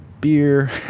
beer